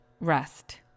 rest